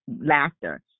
laughter